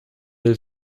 del